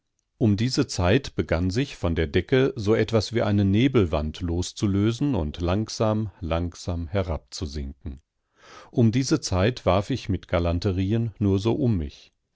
um diese zeit begann sich von der decke so etwas wie eine nebelwand loszulösen und langsam langsam herabzusinken um diese zeit warf ich mit galanterien nur so um mich